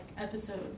episode